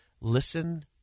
Listen